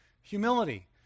humility